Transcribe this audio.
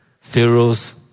Pharaohs